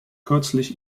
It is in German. kürzlich